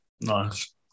Nice